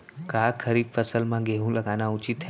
का खरीफ फसल म गेहूँ लगाना उचित है?